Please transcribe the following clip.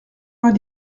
vingt